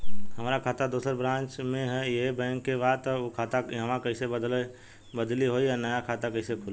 हमार खाता दोसर ब्रांच में इहे बैंक के बा त उ खाता इहवा कइसे बदली होई आ नया खाता कइसे खुली?